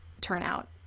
turnout